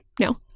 No